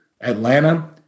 Atlanta